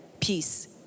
peace